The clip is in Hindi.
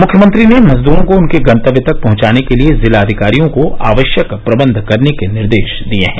मुख्यमंत्री ने मजदूरों को उनके गंतव्य तक पहुंचाने के लिए जिलाधिकारियों को आवश्यक प्रबंध करने के निर्देश दिए हैं